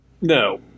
No